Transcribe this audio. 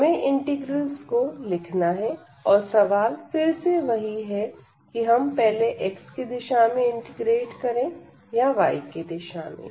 हमें इंटीग्रल्स को लिखना है और सवाल फिर से वही है कि हम पहले x दिशा में इंटीग्रेट करें या y दिशा में